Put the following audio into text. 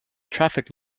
traffic